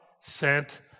sent